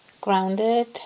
grounded